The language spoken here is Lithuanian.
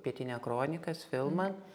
pietinia kronikas filmą